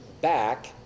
back